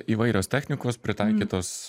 įvairios technikos pritaikytos